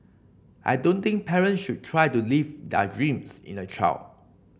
I don't think parents should try to live their dreams in a child